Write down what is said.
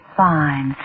fine